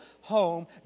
home